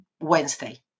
Wednesday